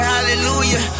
Hallelujah